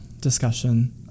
discussion